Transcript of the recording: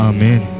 Amen